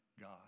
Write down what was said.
God